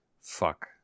fuck